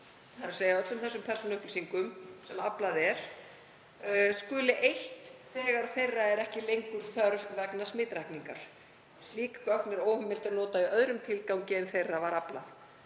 — þ.e. öllum þessum persónuupplýsingum sem aflað er — „skal eytt þegar þeirra er ekki lengur þörf vegna smitrakningar. Slík gögn er óheimilt að nota í öðrum tilgangi en þeirra var aflað.“